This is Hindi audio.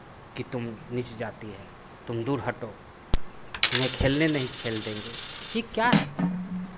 तुम नीच जाति है तुम दूर हटो तुम्हे खेलने नहीं खेल देंगे ये क्या है